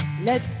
let